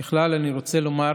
ככלל, אני רוצה לומר